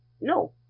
no